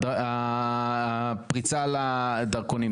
הפריצה לדרכונים.